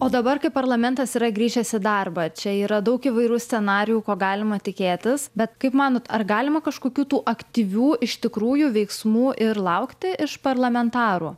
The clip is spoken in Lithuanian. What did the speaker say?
o dabar kai parlamentas yra grįžęs į darbą čia yra daug įvairių scenarijų ko galima tikėtis bet kaip manot ar galima kažkokių tų aktyvių iš tikrųjų veiksmų ir laukti iš parlamentarų